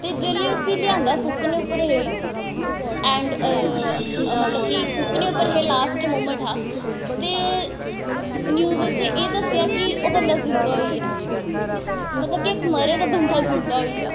ते जेल्लै उस्सी लेआंदा फूकने उप्पर हे ऐंड मतलब कि फूकने उप्पर हे लास्ट मूमैंट हा ते न्यूज च एह् दस्सेआ कि ओह् बंदा जिन्दा होई गेआ मतलब कि इक मरे दा बंदा जिन्दा होई गेआ